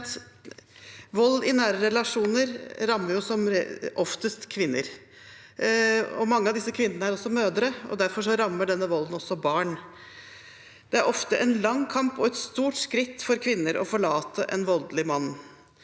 Vold i nære relasjoner rammer som oftest kvinner. Mange av disse kvinnene er også mødre, og derfor rammer denne volden også barn. Det er ofte en lang kamp og et stort skritt for kvinner å forlate en voldelig mann.